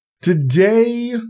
today